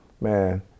man